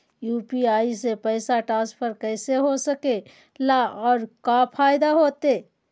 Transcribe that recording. UPI से पैसा transfer कैसे हो सके ला और का फायदा होएत?